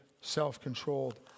self-controlled